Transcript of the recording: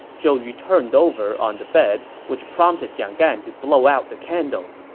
zhou yu turned over on the bed, which prompted jiang gan to blow out the candle